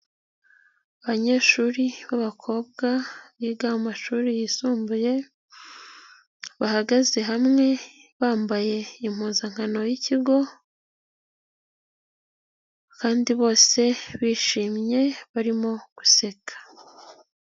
Abanyeshuri b'abakobwa biga mu mashuri yisumbuye, bahagaze hamwe bambaye impuzankano y'ikigo kandi bose bishimye barimo guseka.